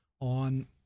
on